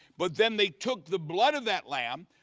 but then they took the blood of that lamb,